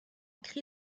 cri